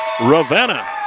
Ravenna